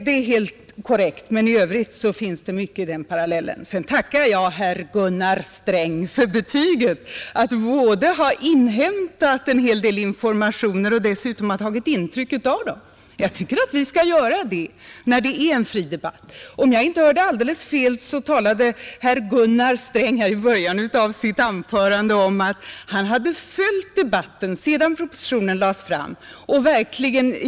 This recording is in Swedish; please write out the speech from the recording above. Det är helt korrekt, men i övrigt ligger det mycket i den parallellen. Sedan tackar jag herr Gunnar Sträng för betyget att jag både har inhämtat en hel del informationer och dessutom har tagit intryck av dem. Jag tycker att vi skall göra det när det är en fri debatt. Om jag inte hörde alldeles fel, talade herr Gunnar Sträng i början av sitt anförande om att han hade följt debatten sedan propositionen lades fram.